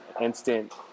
instant